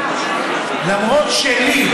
למרות שלי,